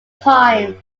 times